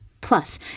Plus